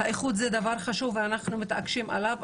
האיכות זה דבר חשוב ואנחנו מתעקשים עליו,